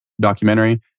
documentary